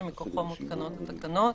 שמכוחו מותקנות התקנות